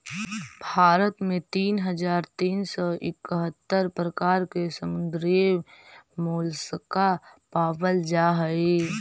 भारत में तीन हज़ार तीन सौ इकहत्तर प्रकार के समुद्री मोलस्का पाबल जा हई